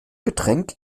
getränk